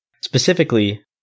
specifically